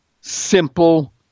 simple